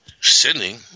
Sinning